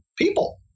people